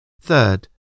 Third